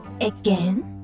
Again